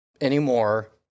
anymore